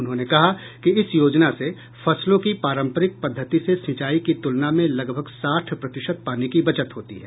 उन्होंने कहा कि इस योजना से फसलों की पारम्परिक पद्धति से सिंचाई की तुलना में लगभग साठ प्रतिशत पानी की बचत होती है